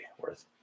worth